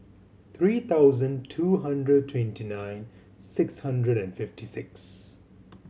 three thousand two hundred twenty nine six hundred and fifty six